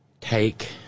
take